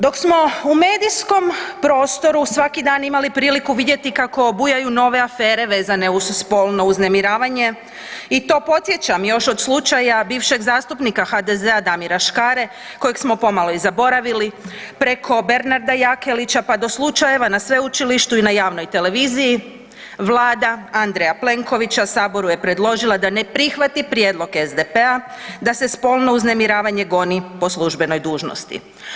Dok smo u medijskom prostoru svaki dan imali priliku vidjeti kako bujaju nove afere vezane uz spolno uznemiravanje i to podsjećam, još od slučaja bivšeg zastupnika HDZ-a Damira Škare kojeg smo pomalo i zaboravili, preko Bernarda Jakelića pa do slučajeva na sveučilištu i na javnoj televiziji, Vlada A. Plenkovića Saboru je predložila da ne prihvati prijedlog SDP-a da se spolno uznemiravanje goni po službenoj dužnosti.